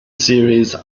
series